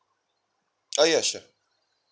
ah ya sure